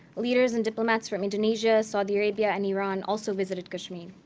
leaders and diplomats from i mean tunisia, saudi arabia, and iran also visited kashmir.